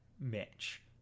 mitch